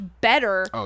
better